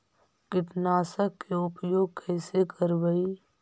कीटनाशक के उपयोग कैसे करबइ?